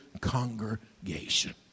congregation